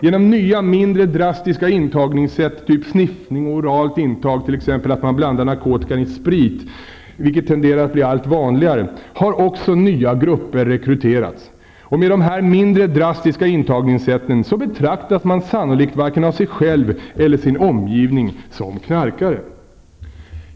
Genom nya mindre drastiska intagningssätt, som sniffning eller oralt intag, t.ex. att blanda narkotikan i sprit, vilket tenderar att bli allt vanligare, har också nya grupper rekryterats. Den som använder dessa mindre drastiska intagningssätt betraktas sannolikt varken av sig själv eller av sin omgivning såsom knarkare.